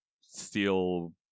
steel